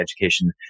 Education